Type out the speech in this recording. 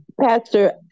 Pastor